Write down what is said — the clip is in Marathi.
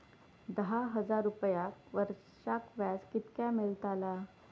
दहा हजार रुपयांक वर्षाक व्याज कितक्या मेलताला?